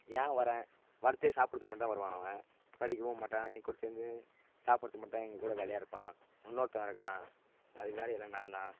ஏன் வரேன் வர்றதே சாப்பிடுறதுக்கு மட்டும் தான் வருவான் அவன் படிக்கவும் மாட்டான் என் கூட சேர்ந்து சாப்பிடுறதுக்கு மட்டும் தான் எங்க கூட வேலையாக இருப்பான் இன்னொருத்தவன் இருக்கான் அது யாரும் இல்லை நான் தான்